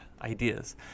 Ideas